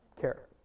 care